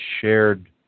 shared